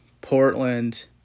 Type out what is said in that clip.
Portland